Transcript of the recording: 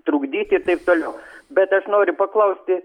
trukdyt ir taip toliau bet aš noriu paklausti